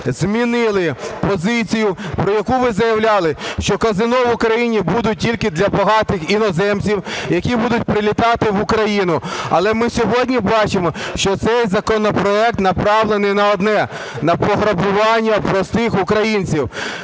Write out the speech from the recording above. змінили позицію, про яку ви заявляли, що казино в Україні будуть тільки для багатих іноземців, які будуть прилітати в Україну. Але ми сьогодні бачимо, що цей законопроект направлений на одне – на пограбування простих українців.